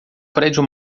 prêmio